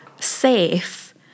safe